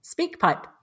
SpeakPipe